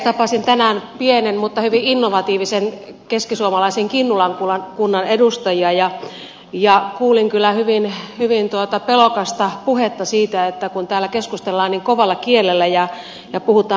tapasin tänään pienen mutta hyvin innovatiivisen keskisuomalaisen kinnulan kunnan edustajia ja kuulin kyllä hyvin pelokasta puhetta siitä että kun täällä keskustellaan niin kovalla kielellä ja puhutaan pakosta ja ylhäältä ohjaamisesta